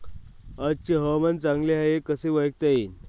आजचे हवामान चांगले हाये हे कसे ओळखता येईन?